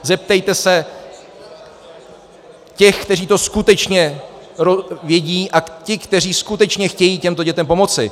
Zeptejte se těch, kteří to skutečně vědí, a těch, kteří skutečně chtějí těmto dětem pomoci.